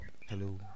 Hello